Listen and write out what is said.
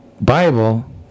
Bible